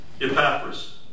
Epaphras